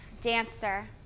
Dancer